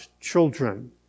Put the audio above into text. children